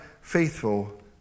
faithful